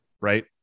Right